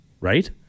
right